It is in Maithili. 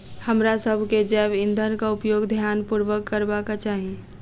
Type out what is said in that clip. हमरासभ के जैव ईंधनक उपयोग ध्यान पूर्वक करबाक चाही